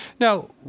Now